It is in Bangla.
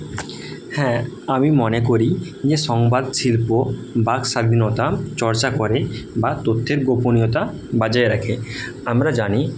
হ্যাঁ আমি মনে করি যে সংবাদ শিল্প বাক স্বাধীনতা চর্চা করে বা তথ্যের গোপনীয়তা বজায় রাখে আমরা জানি